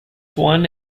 one